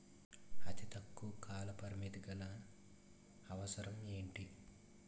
అతి తక్కువ కాల పరిమితి గల అవసరం ఏంటి